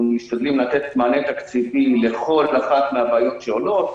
אנחנו משתדלים לתת מענה תקציבי לכל אחת מן הבעיות שעולות.